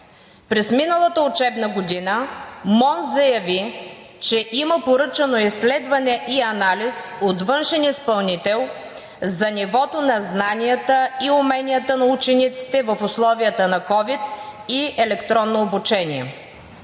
През миналата учебна година МОН заяви, че има поръчано изследване и анализ от външен изпълнител за нивото на знанията и уменията на учениците в условията на ковид и електронно обучение.